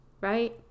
right